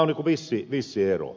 tässä on vissi ero